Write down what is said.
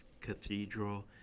cathedral